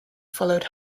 followed